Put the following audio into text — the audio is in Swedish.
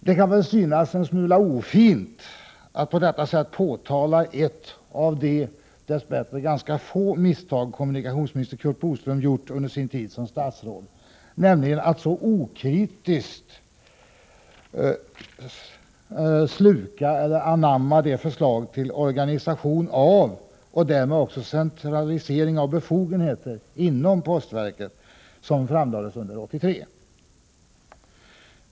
Det kan kanske synas en smula ofint att på detta sätt påtala ett av dess bättre ganska få misstag som kommunikationsminister Curt Boström gjort under sin tid som statsråd, nämligen att så okritiskt anamma det förslag till ny organisation, och därmed också centralisering av befogenheter, inom postverket som framlades 1983.